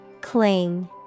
Cling